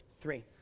Three